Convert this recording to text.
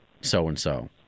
so-and-so